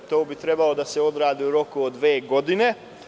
To bi trebalo da se odradi u roku od dve godine.